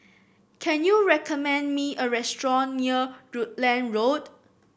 can you recommend me a restaurant near Rutland Road